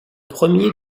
premier